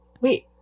wait